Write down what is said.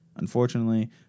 Unfortunately